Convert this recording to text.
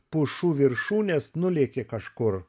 pušų viršūnes nulėkė kažkur